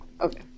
Okay